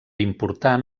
important